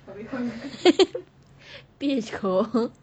p_h koh